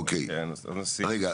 אוקיי, רגע.